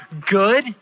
good